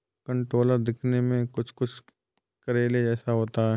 कंटोला दिखने में कुछ कुछ करेले जैसा होता है